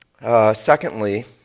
Secondly